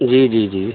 جی جی جی